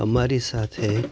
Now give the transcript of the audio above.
અમારી સાથે